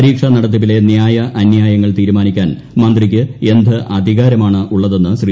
പരീക്ഷ നടത്തിപ്പിലെ ന്യായ അന്യായങ്ങൾ തീരുമാനിക്കാൻ മന്ത്രിക്ക് എന്ത് അധികാരമാണ് ഉള്ളതെന്ന് ശ്രീ